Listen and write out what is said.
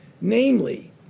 Namely